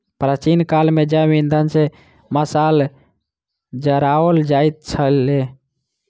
प्राचीन काल मे जैव इंधन सॅ मशाल जराओल जाइत छलै